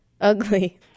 Ugly